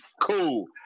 Cool